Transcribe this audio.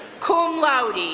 cum laude,